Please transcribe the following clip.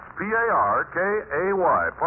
P-A-R-K-A-Y